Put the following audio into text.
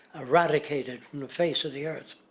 eradicated from the face of the earth.